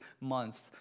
months